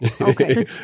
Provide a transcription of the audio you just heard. Okay